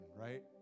Right